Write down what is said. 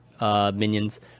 Minions